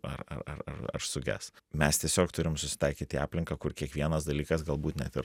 ar ar ar ar ar suges mes tiesiog turim susitaikyt į aplinką kur kiekvienas dalykas galbūt net ir